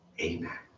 Amen